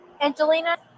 Angelina